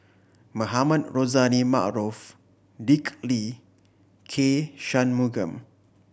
Mohamed Rozani Maarof Dick Lee K Shanmugam